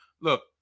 look